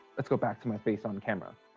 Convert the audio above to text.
let's go back to my face on camera.